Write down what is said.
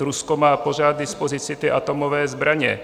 Rusko má pořád k dispozici atomové zbraně.